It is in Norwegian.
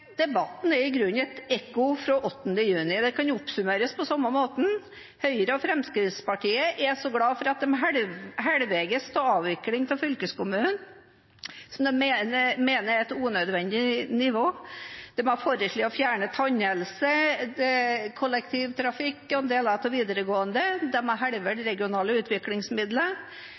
debatten er i grunnen et ekko fra 8. juni, og det kan oppsummeres på samme måte: Høyre og Fremskrittspartiet er glad for at de er halvveis til å avvikle fylkeskommunen, som de mener er et unødvendig nivå. De har foreslått å fjerne ansvar for tannhelse, kollektivtrafikk og en del av videregående. De har halvert regionale utviklingsmidler. Det er det de